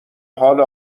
حال